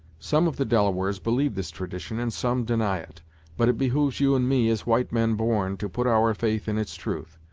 some of the delawares believe this tradition, and some deny it but it behooves you and me, as white men born, to put our faith in its truth.